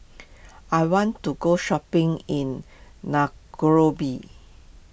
I want to go shopping in